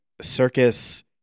Circus